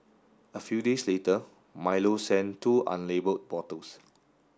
a few days later Milo sent two unlabelled bottles